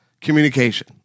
communication